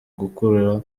gukurura